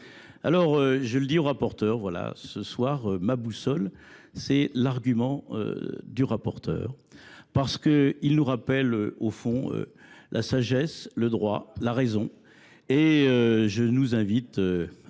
Alors, je le dis au rapporteur, voilà, ce soir, ma boussole, c'est l'argument du rapporteur. Parce qu'il nous rappelle, au fond, la sagesse, le droit, la raison. Et je nous invite à